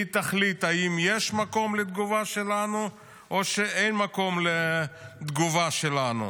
שהיא תחליט אם יש מקום לתגובה שלנו או אין מקום לתגובה שלנו.